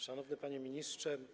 Szanowny Panie Ministrze!